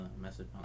message